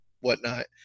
whatnot